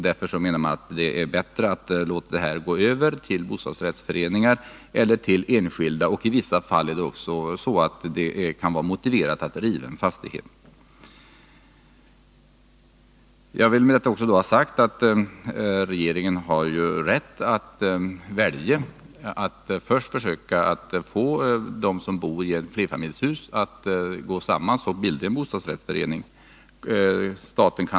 Man menar då att det är bättre att dessa fastigheter överlåts till bostadsrättsföreningar eller enskilda. I vissa fall kan det vara motiverat att riva en fastighet. Regeringen har alltså rätt att välja. Den kan först försöka få hyresgästerna iflerfamiljshus att gå samman och bilda en bostadsrättsförening.